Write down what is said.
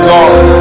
Lord